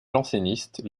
jansénistes